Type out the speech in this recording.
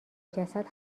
جسد